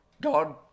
God